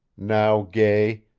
now gay,